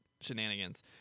shenanigans